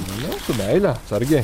nu su meile atsargiai